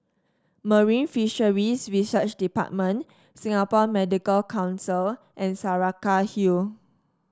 Marine Fisheries Research Department Singapore Medical Council and Saraca Hill